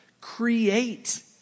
Create